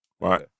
right